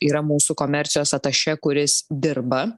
yra mūsų komercijos atašė kuris dirba